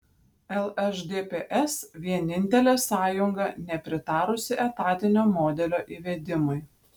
lšdps vienintelė sąjunga nepritarusi etatinio modelio įvedimui